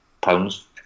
pounds